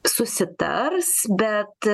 susitars bet